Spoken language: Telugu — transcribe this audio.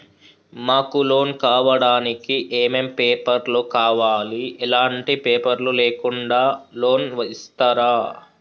మాకు లోన్ కావడానికి ఏమేం పేపర్లు కావాలి ఎలాంటి పేపర్లు లేకుండా లోన్ ఇస్తరా?